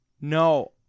No